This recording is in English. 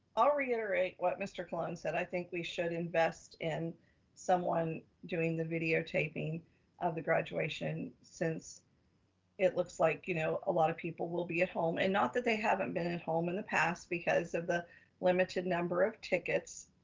i'll reiterate what mr. colon said. i think we should invest in someone doing the videotaping of the graduation since it looks like, you know, a lot of people will be at home and not that they haven't been at home in the past because of the limited number of tickets,